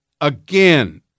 again